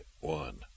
one